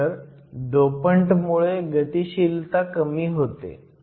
खरंतर डोपंट मुळे गतिशीलता कमी होते